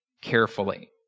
carefully